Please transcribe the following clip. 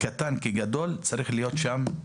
קטן כגדול, יהיה משהו.